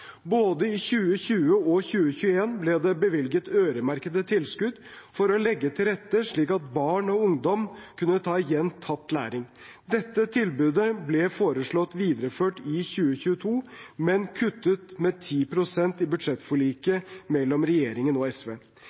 Både i 2020 og i 2021 ble det bevilget øremerkede tilskudd for å legge til rette slik at barn og ungdom kunne ta igjen tapt læring. Dette tilbudet ble foreslått videreført i 2022, men kuttet med 10 pst. i budsjettforliket mellom regjeringen og SV.